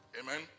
Amen